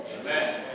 Amen